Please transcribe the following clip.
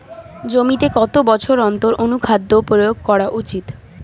জমিতে কত বছর অন্তর অনুখাদ্য প্রয়োগ করা উচিৎ?